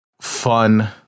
fun